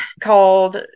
called